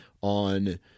on